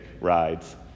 rides